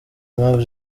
impamvu